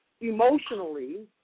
emotionally